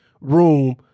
room